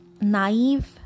naive